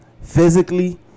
physically